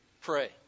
pray